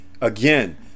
again